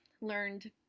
learned